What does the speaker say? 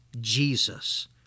Jesus